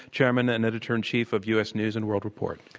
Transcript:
chairman and editor in chief of u. s. news and world report.